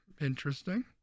interesting